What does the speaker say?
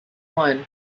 one